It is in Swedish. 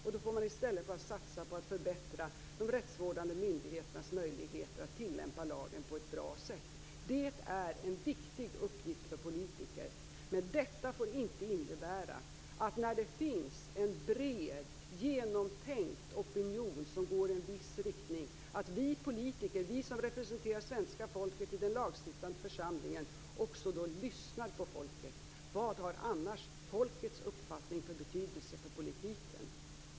Då får man i stället satsa på att förbättra de rättsvårdande myndigheternas möjligheter att tillämpa lagen på ett bra sätt. Det är en viktig uppgift för politiker, men detta får inte innebära att vi politiker, som representerar svenska folket i den lagstiftande församlingen, inte lyssnar på folket när en bred och genomtänkt opinion går i en viss riktning. Vilken betydelse har annars folkets uppfattning för politiken?